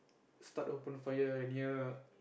start open a fire and ya